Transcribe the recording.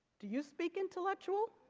do you speak intellectual